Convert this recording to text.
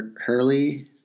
Hurley